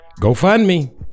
GoFundMe